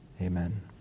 Amen